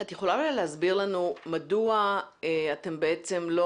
את יכולה להסביר לנו מדוע אתם בעצם לא